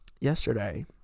yesterday